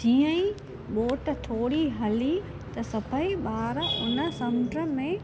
जीअं ई बोट थोरी हली त सभेई ॿार हुन समुंड में